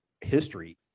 history